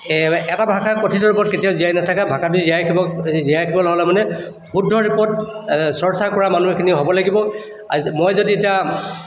এটা ভাষা কথিত ৰূপত কেতিয়াও জীয়াই নাথাকে ভাষাটো জীয়াই ৰাখিব জীয়াই ৰাখিবলৈ হ'লে মানে শুদ্ধ ৰূপত চৰ্চা কৰা মানুহ এখিনি হ'ব লাগিব মই যদি এতিয়া